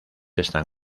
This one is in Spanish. están